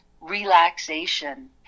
relaxation